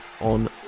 on